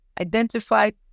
identified